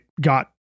got